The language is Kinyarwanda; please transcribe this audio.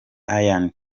iain